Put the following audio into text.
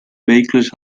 vehicles